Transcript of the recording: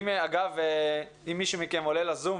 אם מישהי מכם עולה לזום,